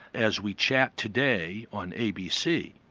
as we chat today on abc,